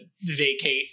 vacate